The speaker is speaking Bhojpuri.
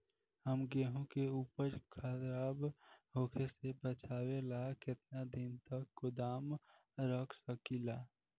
हम गेहूं के उपज खराब होखे से बचाव ला केतना दिन तक गोदाम रख सकी ला?